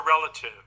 relative